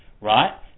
right